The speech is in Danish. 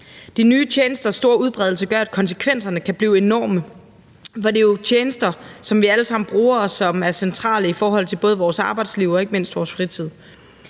De nye tjenesters store udbredelse gør, at konsekvenserne kan blive enorme, for det er jo tjenester, som vi alle sammen bruger, og som er centrale i forhold til både vores arbejdsliv og ikke mindst vores fritid.